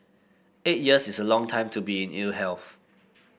eight years is a long time to be in ill health